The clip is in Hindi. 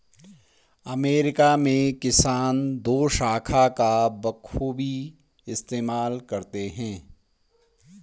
अमेरिका में किसान दोशाखा का बखूबी इस्तेमाल करते हैं